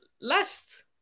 last